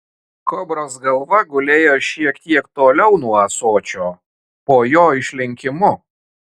kobros galva gulėjo šiek tiek toliau nuo ąsočio po jo išlinkimu